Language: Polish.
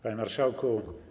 Panie Marszałku!